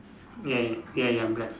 ya ya ya ya black